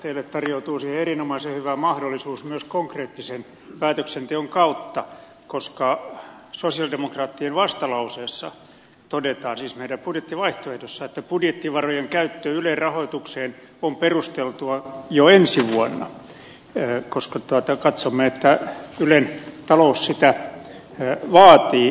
teille tarjoutuu siihen erinomaisen hyvä mahdollisuus myös konkreettisen päätöksenteon kautta koska sosialidemokraattien vastalauseessa todetaan siis meidän budjettivaihtoehdossamme että budjettivarojen käyttöä ylen rahoitukseen on perusteltua käyttää jo ensi vuonna koska katsomme että ylen talous sitä vaatii